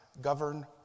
govern